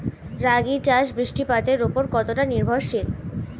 রাগী চাষ বৃষ্টিপাতের ওপর কতটা নির্ভরশীল?